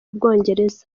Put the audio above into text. bwongereza